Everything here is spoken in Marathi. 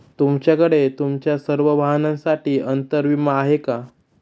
तुमच्याकडे तुमच्या सर्व वाहनांसाठी अंतर विमा आहे का